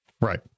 Right